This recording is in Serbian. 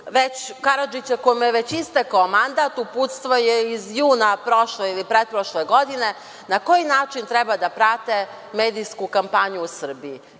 Karadžića kome je već istekao mandat, uputstvo je iz juna prošle ili pretprošle godine, na koji način treba da prate medijsku kampanju u Srbiju.